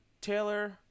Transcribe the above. Taylor